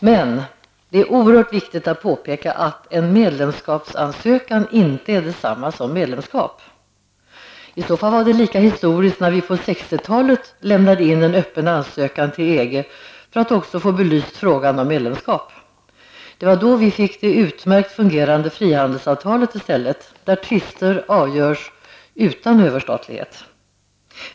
Men det är oerhört viktigt att påpeka att en medlemskapsansökan inte är detsamma som medlemskap. I så fall var det lika historiskt när vi på 60-talet lämnade in en öppen ansökan till EG för att få frågan om medlemskap belyst. Det var då vi fick det utmärkt fungerande frihandelsavtalet i stället, där tvister avgörs utan överstatlighet.